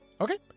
Okay